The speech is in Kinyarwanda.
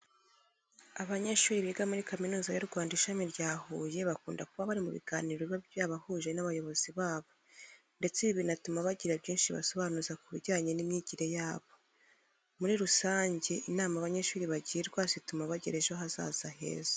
Abanyeshuri biga muri Kaminuza y'u Rwanda ishami rya Huye bakunda kuba bari mu biganiro biba byabahuje n'abayobozi babo ndetse ibi binatuma bagira byinshi basobanuza ku bijyanye n'imyigire yabo. Muri rusange inama abanyeshuri bagirwa zituma bagira ejo hazaza heza.